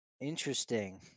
Interesting